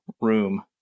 room